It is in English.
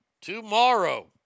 tomorrow